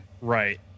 Right